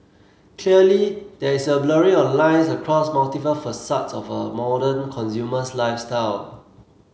clearly there is a blurring of lines across multiple facets of a modern consumer's lifestyle